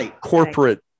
corporate